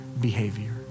behavior